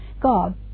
God